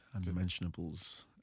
undimensionables